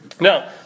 Now